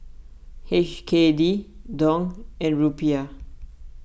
H K D Dong and Rupiah